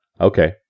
Okay